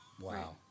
Wow